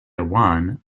one